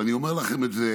ואני אומר לכם את זה